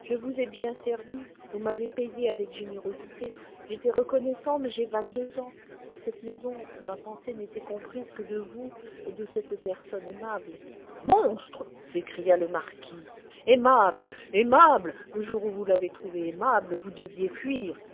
je vous ai bien servi vous m'avez payé avec générosité j'étais reconnaissant mais j'ai vingt-deux ans dans cette maison ma pensée n'était comprise que de vous et de cette personne aimable monstre s'écria le marquis aimable aimable le jour où vous l'avez trouvée aimable vous deviez fuir